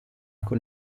con